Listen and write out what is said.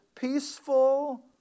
peaceful